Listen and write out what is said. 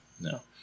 No